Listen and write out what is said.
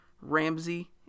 Ramsey